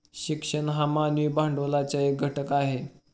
शिक्षण हा मानवी भांडवलाचा एक घटक आहे